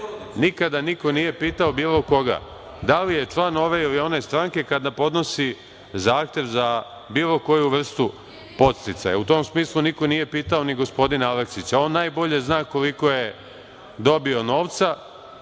nikada niko nije pitao, bilo koga da li je član ove ili one stranke kada podnosi zahtev za bilo koju vrstu podsticaja, niko nije pitao ni gospodina Aleksića, a on najbolje zna koliko je dobio novca